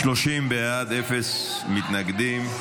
30 בעד, אפס מתנגדים.